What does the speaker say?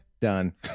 done